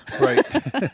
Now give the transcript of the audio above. Right